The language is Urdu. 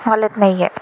غلط نہیں ہے